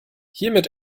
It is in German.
hiermit